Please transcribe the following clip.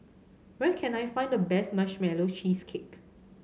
where can I find the best Marshmallow Cheesecake